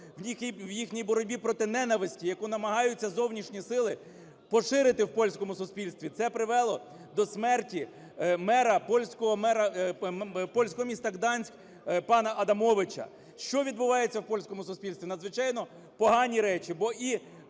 в їхній боротьбі проти ненависті, яку намагаються зовнішні сили поширити в польському суспільстві. Це привело до смерті мера польського міста Гданськ пана Адамовича. Що відбувається в польському суспільстві? Надзвичайно погані речі,